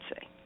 say